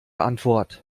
antwort